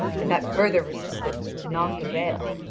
and that further resistance would not avail.